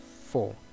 four